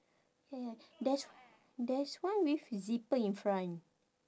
ya ya there's there's one with zipper in front